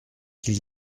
qu’il